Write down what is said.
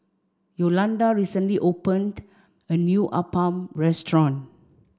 Yolanda recently opened a new Appam restaurant